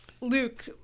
Luke